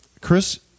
Chris